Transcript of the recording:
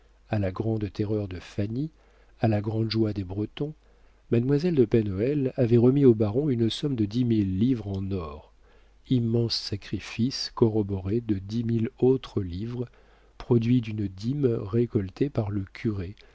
à la grande terreur de fanny à la grande joie des bretons mademoiselle de pen hoël avait remis au baron une somme de dix mille livres en or immense sacrifice corroboré de dix mille autres livres produit d'une dîme récoltée par le curé